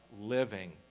Living